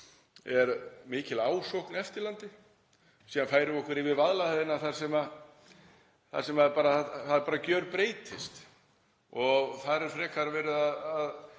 er mikil ásókn eftir landi. Síðan færum okkur yfir Vaðlaheiðina þar sem þetta bara gjörbreytist og þar er frekar verið að